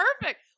perfect